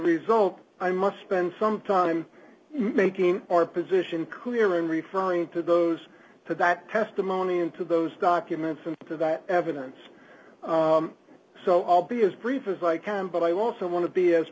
result i must spend some time making our position clear and referring to those to that testimony and to those documents and to that evidence so i'll be as brief as i can but i also want to be as